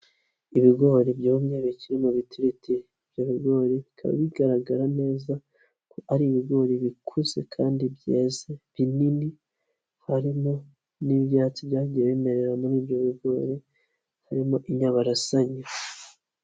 Ibigori byomye bikiri mu bitiritiri, ibyo bigori bikaba bigaragara neza ko ari ibigori bikuze kandi byeze binini, harimo n'ibyatsi byagiye bimerera muri ibyo bigori, harimo inyabarasanyi.